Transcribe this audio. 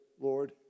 Lord